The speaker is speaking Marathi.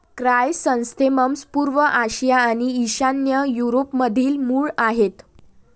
क्रायसॅन्थेमम्स पूर्व आशिया आणि ईशान्य युरोपमधील मूळ आहेत